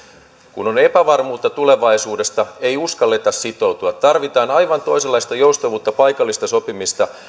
kun on epävarmuutta tulevaisuudesta ei uskalleta sitoutua tarvitaan aivan toisenlaista joustavuutta paikallista sopimista